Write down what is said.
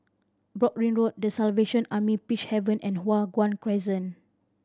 Broadrick Road The Salvation Army Peacehaven and Hua Guan Crescent